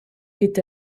est